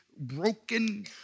broken